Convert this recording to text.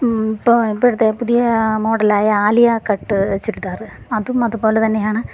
ഇപ്പം ഇപ്പോഴത്തെ പുതിയ മോഡൽ ആയ ആലിയ കട്ട് ചുരിദാറ് അതും അതുപോലെ തന്നെയാണ്